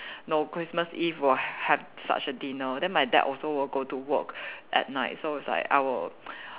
no Christmas Eve will have such a dinner then my dad also will go to work at night so it's like I will